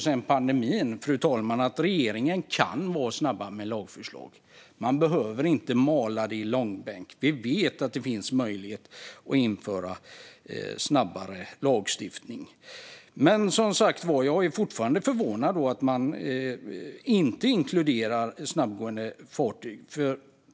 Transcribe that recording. Under pandemin har vi sett att regeringen kan vara snabb med att lägga fram lagförslag. Man behöver inte dra förslagen i långbänk. Vi vet att det är möjligt att snabbare införa lagstiftning. Jag är fortfarande förvånad över att man inte har inkluderat snabbgående fartyg.